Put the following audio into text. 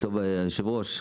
היושב ראש,